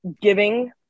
giving